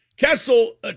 Kessel